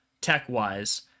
tech-wise